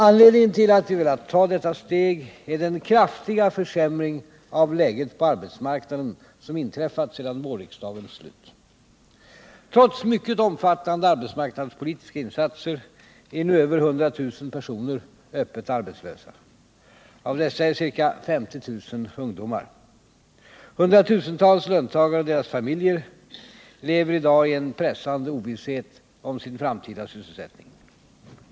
Anledningen till att vi har velat ta detta steg är den kraftiga försämring av läget på arbetsmarknaden som inträffat sedan vårriksdagens slut. Trots mycket omfattande arbetsmarknadspolitiska insatser är nu över 100 000 personer öppet arbetslösa. Av dessa är ca 50 000 ungdomar. Hundratusentals löntagare och deras familjer lever i dag i en pressande ovisshet om sin framtida sysselsättning.